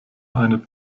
eine